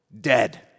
dead